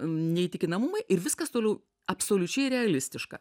neįtikinamumai ir viskas toliau absoliučiai realistiška